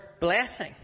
blessing